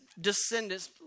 Descendants